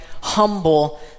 humble